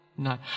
No